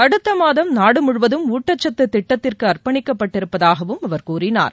அடுத்தமாதம் நாடுமுழுவதும் ஊட்டச்சத்து திட்டத்திற்கு அர்ப்பணிக்கப் பட்டிருப்பதாகவும் அவர் கூறினார்